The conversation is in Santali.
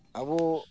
ᱟᱵᱚ